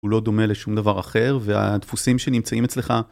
הוא לא דומה לשום דבר אחר, והדפוסים שנמצאים אצלך...